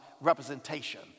representation